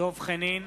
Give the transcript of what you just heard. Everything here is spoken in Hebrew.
דב חנין,